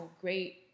great